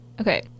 okay